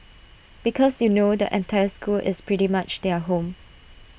because you know the entire school is pretty much their home